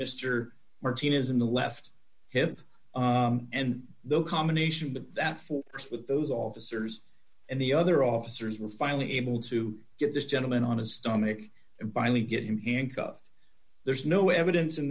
mr martinez in the left hip and the combination of that ford with those officers and the other officers were finally able to get this gentleman on his stomach and finally get him handcuffed there's no evidence in